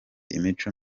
imico